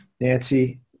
Nancy